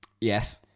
Yes